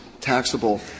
taxable